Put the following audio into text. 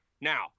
now